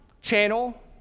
channel